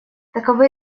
таковы